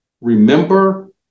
remember